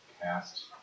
cast